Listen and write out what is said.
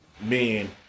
men